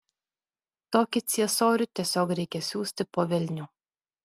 tokį ciesorių tiesiog reikia siųsti po velnių